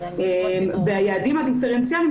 היעדים הדיפרנציאליים,